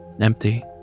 Empty